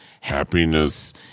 happiness